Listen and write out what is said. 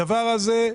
הדבר הזה,